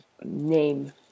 name